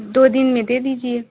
दो दिन में दे दीजिए